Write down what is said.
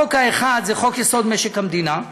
החוק האחד זה חוק-יסוד: משק המדינה,